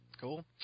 cool